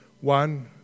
One